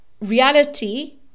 reality